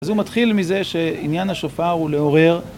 אז הוא מתחיל מזה שעניין השופר הוא לעורר.